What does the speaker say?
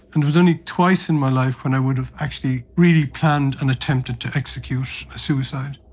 and it was only twice in my life when i would have actually really planned and attempted to execute a suicide.